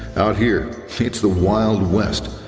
out here, it's the wild west.